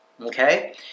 okay